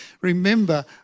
remember